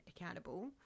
accountable